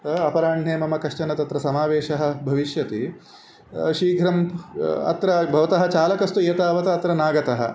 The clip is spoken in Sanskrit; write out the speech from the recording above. अपराह्णे मम कश्चन तत्र समावेशः भविष्यति शीघ्रम् अत्र भवतः चालकस्तु एतावता अत्र नागतः